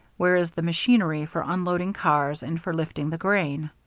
where is the machinery for unloading cars and for lifting the grain.